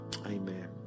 Amen